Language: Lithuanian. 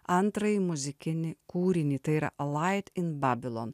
antrąjį muzikinį kūrinį tai yra lait in babilon